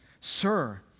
Sir